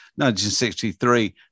1963